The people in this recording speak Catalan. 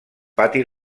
pati